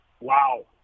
wow